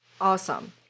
Awesome